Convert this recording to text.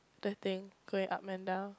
the thing going up and down